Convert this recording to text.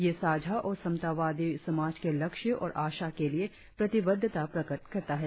यह साझा और समतावादी समाज के लक्ष्य और आशा के लिए प्रतिबद्धता प्रकट करता है